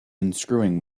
unscrewing